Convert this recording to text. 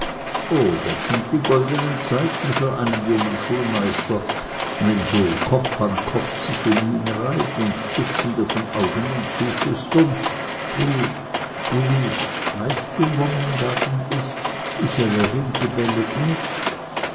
o das sind die goldenen zeiten für einen jungen schulmeister wenn so kopf an kopf sich um ihn reiht und dutzende von augen ihm zuflüstern du du weißt du wo mein gaden ist üse ringgi bellet nit